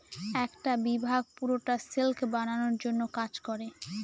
একটা বিভাগ পুরোটা সিল্ক বানানোর জন্য কাজ করে